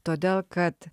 todėl kad